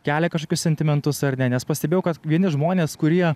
kelia kažkokius sentimentus ar ne nes pastebėjau kad vieni žmonės kurie